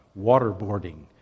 waterboarding